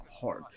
hard